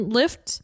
lift